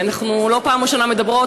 אנחנו לא פעם ראשונה מדברות,